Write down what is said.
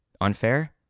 Unfair